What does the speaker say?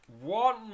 One